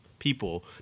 People